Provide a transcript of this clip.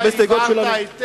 תודה רבה, חבר הכנסת טלב אלסאנע.